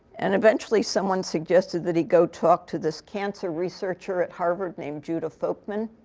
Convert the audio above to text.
and eventually someone suggested that he go talk to this cancer researcher at harvard named judah folkman.